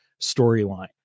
storyline